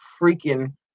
freaking